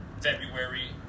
February